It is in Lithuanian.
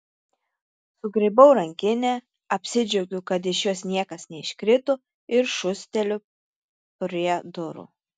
sugraibau rankinę apsidžiaugiu kad iš jos niekas neiškrito ir šūsteliu prie durų